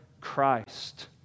Christ